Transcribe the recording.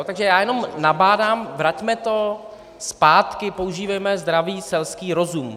Takže já jenom nabádám: Vraťme to zpátky, používejme zdravý selský rozum!